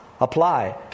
apply